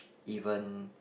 even